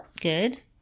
good